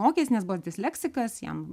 mokėsi nes buvo disleksikas jam